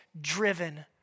driven